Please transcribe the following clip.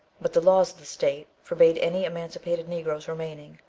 but the laws of the state forbade any emancipated negroes remaining,